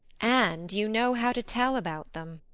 and you know how to tell about them.